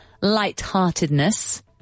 light-heartedness